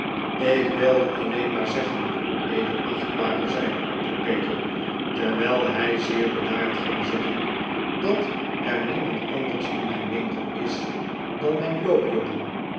ik wilde alleen maar zeggen edelachtbare zei de apotheker terwijl hij zeer bedaard ging zitten dat er niemand anders in mijn winkel is dan mijn